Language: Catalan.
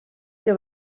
que